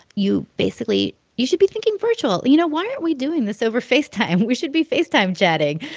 you basically you should be thinking virtual. you know, why aren't we doing this over facetime? we should be facetime chatting.